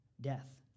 death